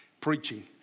preaching